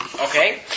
Okay